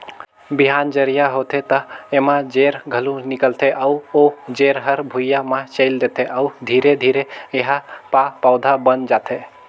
बिहान जरिया होथे त एमा जेर घलो निकलथे अउ ओ जेर हर भुइंया म चयेल देथे अउ धीरे धीरे एहा प पउधा बन जाथे